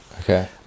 Okay